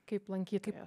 kaip lankytojos